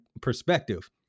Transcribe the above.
perspective